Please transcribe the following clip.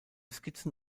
skizzen